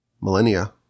millennia